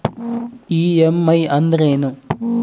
EMI ಅಂದ್ರೇನು?